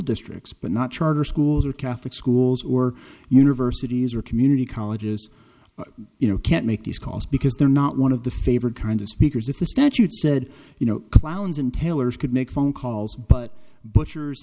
districts but not charter schools or catholic schools or universities or community colleges you know can't make these calls because they're not one of the favorite kind of speakers if the statute said you know clowns and tailors could make phone calls but butchers